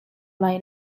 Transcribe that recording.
lai